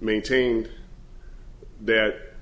maintained that